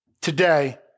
today